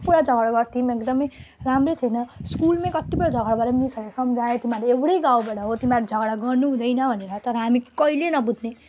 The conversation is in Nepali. पुरा झगडा गर्थ्यौँ एकदमै राम्रै थिएनौँ स्कुलमै कत्तिपल्ट झगडा भएर मिसहरूले सम्झाए तिमीहरू एउटै गाउँबाट हो तिमीहरू झगडा गर्नुहुँदैन भनेर तर हामी कहिले नबुझ्ने